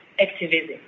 activism